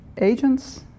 agents